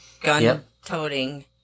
gun-toting